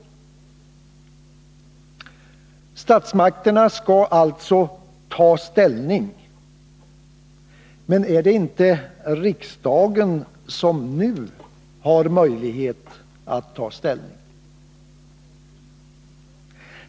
Statsmakterna skall alltså ”ta ställning” — men är det inte riksdagen som nu har möjlighet att ta ställning?